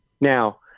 now